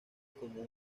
como